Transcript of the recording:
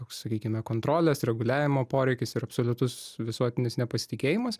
toks sakykime kontrolės reguliavimo poreikis ir absoliutus visuotinis nepasitikėjimas